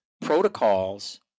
protocols